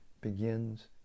begins